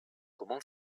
comment